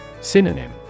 Synonym